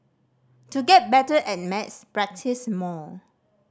to get better at maths practise more